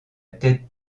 tête